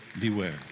beware